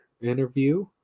interview